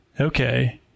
Okay